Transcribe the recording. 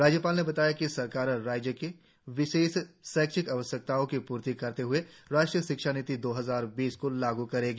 राज्यपान ने बताया कि सरकार राज्य की विशेष शैक्षिक आवश्यकताओं की पूर्ति करते हए राष्ट्रीय शिक्षा नीति दो हजार बीस को लाग् करेगी